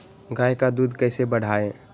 गाय का दूध कैसे बढ़ाये?